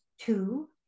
two